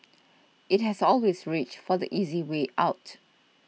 it has always reached for the easy way out